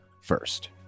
First